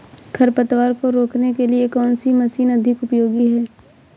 खरपतवार को रोकने के लिए कौन सी मशीन अधिक उपयोगी है?